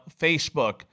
Facebook